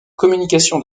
communication